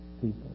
people